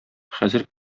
хәзер